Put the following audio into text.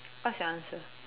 what's your answer